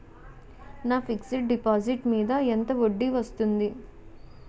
నా fixed deposit మీద ఎంత వడ్డీ వస్తుంది?